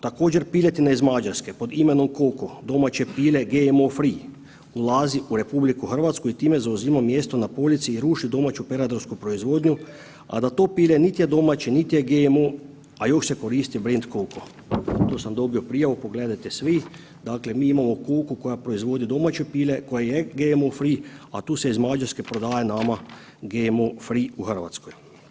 Također piletine iz Mađarske pod imenom „Koko“, domaće pile GMO free ulazi u RH i time zauzima mjesto na polici i ruši domaću peradarsku proizvodnju, a da to pile niti je domaće, niti je GMO, a još se koristi brend „Koko“, tu sam dobio prijavu pogledajte svi, dakle mi imamo „Koku“ koja proizvodi domaće pile koje GMO free, a tu se iz Mađarske prodaje nama GMO free u Hrvatskoj.